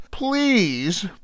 Please